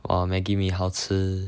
!wah! maggi mee 好吃